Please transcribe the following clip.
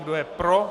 Kdo je pro?